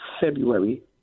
February